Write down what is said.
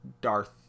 Darth